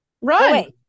Run